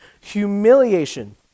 humiliation